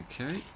Okay